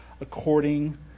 according